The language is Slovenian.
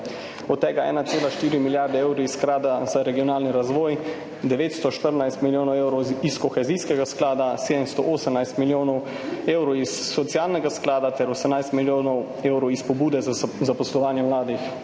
od tega 1,4 milijarde evrov iz sklada za regionalni razvoj, 914 milijonov evrov iz kohezijskega sklada, 718 milijonov evrov iz socialnega sklada ter 18 milijonov evrov iz pobude za zaposlovanje mladih.